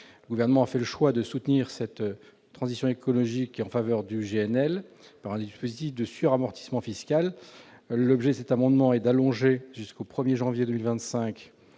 Le Gouvernement a fait le choix de soutenir la transition énergétique en faveur du GNL par un dispositif de suramortissement fiscal. L'objet de cet amendement est d'allonger jusqu'au 1 janvier 2025